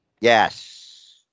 Yes